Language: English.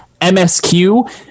MSQ